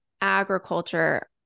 agriculture